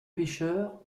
pêcheurs